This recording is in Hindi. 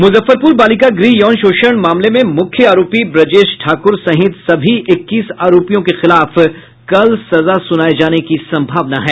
मुजफ्फरपुर बालिका गृह यौन शोषण मामले में मुख्य आरोपी ब्रजेश ठाकुर सहित सभी इक्कीस आरोपियों के खिलाफ कल सजा सुनाये जाने की संभावना है